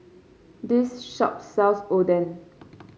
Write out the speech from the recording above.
this shop sells Oden